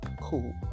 cool